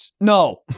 No